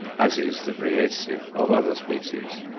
as is the vriesia of other species.